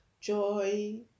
joy